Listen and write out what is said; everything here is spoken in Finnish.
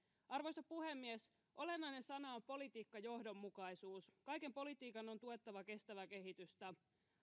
arvoisa puhemies olennainen sana on politiikkajohdonmukaisuus kaiken politiikan on tuettava kestävää kehitystä